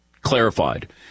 clarified